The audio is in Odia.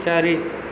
ଚାରି